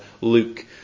Luke